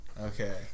Okay